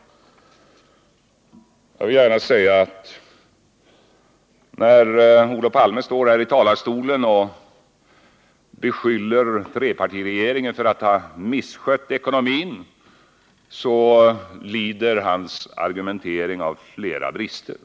Jag vill gärna säga att när Olof Palme står här i talarstolen och beskyller trepartiregeringen för att ha misskött ekonomin lider hans argumentering av flera brister.